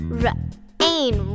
rain